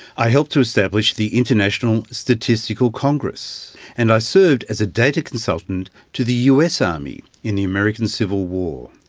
i helped to establish the international statistical congress and i served as a data consultant to the us army in the american civil war.